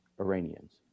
Iranians